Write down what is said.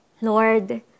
Lord